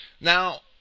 Now